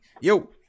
Yo